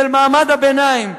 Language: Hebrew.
של מעמד הביניים.